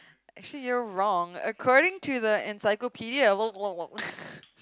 actually you know wrong according to the encyclopedia